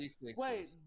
Wait